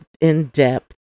in-depth